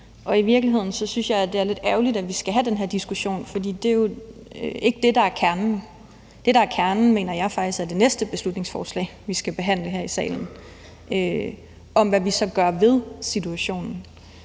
I virkeligheden synes jeg, det er lidt ærgerligt, at vi skal have den her diskussion, for det er jo ikke det, der er kernen. Det, der er kernen, mener jeg faktisk er det næste beslutningsforslag, vi skal behandle her i salen, om, hvad vi så gør ved situationen.